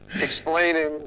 explaining